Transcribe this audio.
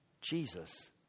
Jesus